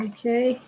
Okay